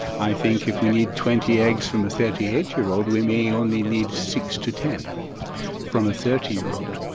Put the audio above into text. i think if we need twenty eggs from a thirty eight year old, we may only need six to ten from a thirty year old.